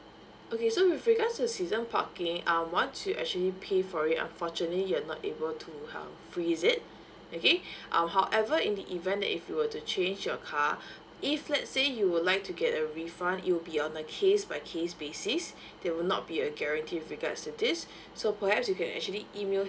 okay so with regards to season parking uh once you actually pay for it unfortunately you're not able to uh freeze it okay um however in the event that if you were to change your car if let's say you would like to get a refund it would be on a case by case basis there will not be a guarantee with regards to this so perhaps you can actually email